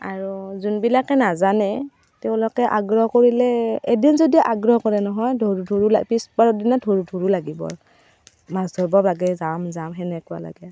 আৰু যোনবিলাকে নাজানে তেওঁলোকে আগ্ৰহ কৰিলে এদিন যদি আগ্ৰহ কৰে নহয় ধৰোঁ ধৰোঁ পিছবাৰৰ দিনা ধৰোঁ ধৰোঁ লাগিব মাছ ধৰিব লাগে যাম যাম সেনেকুৱা লাগে